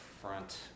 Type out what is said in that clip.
front